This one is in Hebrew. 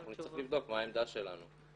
אנחנו נצטרך לבדוק מה העמדה שלנו.